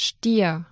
Stier